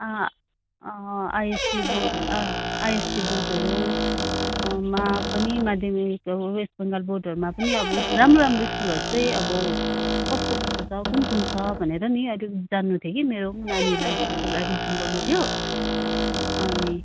ISC board ISC बोर्डहरू मा पनि माध्यमिक हो वेस्ट बङ्गाल बोर्डहरूमा पनि अब राम्रो राम्रो स्कुलहरू चाहिँ अब कस्तो कस्तो छ कुन कुन छ भनेर नि अलिक जान्नु थियो कि मेरो पनि नानीलाई स्कुल एडमिसन गर्नु थियो अनि